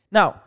Now